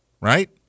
right